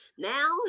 Now